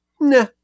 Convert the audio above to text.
Nah